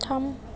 थाम